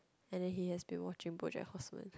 and then he has been watching BoJack-Horseman